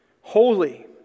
holy